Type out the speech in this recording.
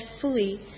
fully